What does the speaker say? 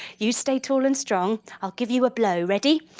you stay tall and strong, i'll give you a blow. ready?